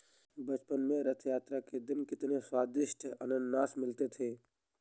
बचपन में रथ यात्रा के दिन कितने स्वदिष्ट अनन्नास मिलते थे